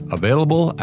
available